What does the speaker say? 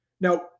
Now